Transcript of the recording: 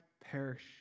perish